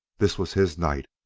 this was his night,